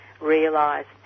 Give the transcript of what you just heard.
realised